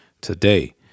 today